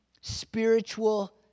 spiritual